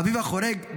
אביו החורג,